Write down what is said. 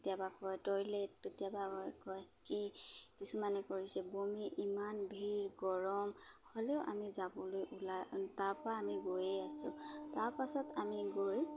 কেতিয়াবা কয় টয়লেট কেতিয়াবা কয় কি কিছুমানে কৰিছে বমি ইমান ভিৰ গৰম হ'লেও আমি যাবলৈ ওলাই তাৰপৰা আমি গৈয়ে আছোঁ তাৰপাছত আমি গৈ